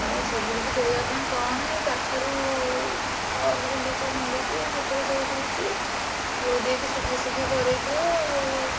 ତ ସେଗୁଡ଼ିକୁ ଧୋଇବା ପାଇଁ କ'ଣ ଏ ପାଖରୁ ସର୍ଫଗୁଣ୍ଡ ସବୁ ମିଳୁଛି ସେଥିରେ ଧୋଇଦଉଛି ଧୋଇଦେଇକି ସୁଖାସୁଖି କରାଇଥାଏ ଆଉ